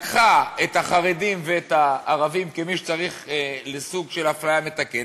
לקחה את החרדים ואת הערבים כמי שצריכים סוג של אפליה מתקנת,